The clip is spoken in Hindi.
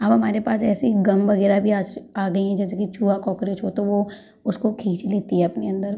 अब हमारे पास ऐसी गम वगैरह भी आ गई हैं जैसे कि चूहा कोक्रोच हो तो वो उसको खीच लेती है अपने अंदर